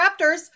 Raptors